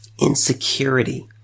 Insecurity